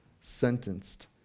Sentenced